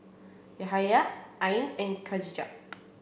Yahaya Ain and Khatijah